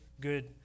good